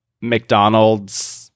McDonald's